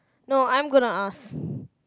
no I'm gonna ask